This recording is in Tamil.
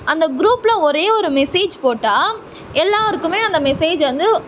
அந்த க்ரூப்பில் ஒரே ஒரு மெசேஜ் போட்டால் எல்லாருக்குமே அந்த மெசேஜ் வந்து